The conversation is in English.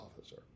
officer